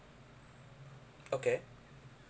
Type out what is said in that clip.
okay